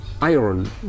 iron